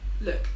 look